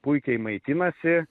puikiai maitinasi